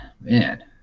Man